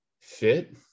fit